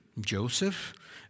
Joseph